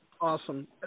Awesome